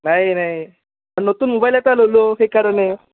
নাই নাই নতুন মোবাইল এটা ল'লোঁ সেইকাৰণে